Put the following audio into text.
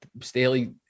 Staley